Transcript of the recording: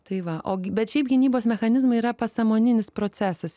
tai va o bet šiaip gynybos mechanizmai yra pasąmoninis procesas